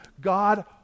God